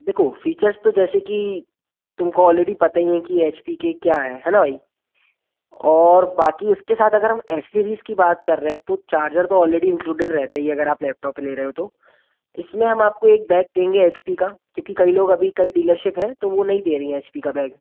देखो फीचर्स तो जैसे कि तुमको ऑलरेडी पता हैं कि एच पी के क्या हैं है ना भाई और बाक़ी उसके साथ अगर हम एसेसरीज़ की बात कर रहें तो चार्जर तो ऑलरेडी इंक्लुडेड रहता ही है अगर आप लैपटॉप ले रहे हो तो इसमें हम आपको एक बैग देंगे एच पी का क्योंकि कई लोग अभी कई डीलरशिप हैं तो वह नहीं दे रहीं हैं एच पी का बैग